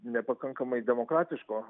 nepakankamai demokratiško